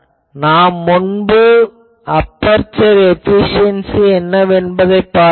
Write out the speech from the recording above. நாம் முன்பு அபெர்சர் ஏபிசியென்சி என்னவென்பதை வரையறுத்தோம்